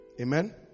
Amen